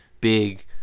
big